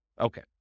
Okay